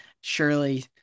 surely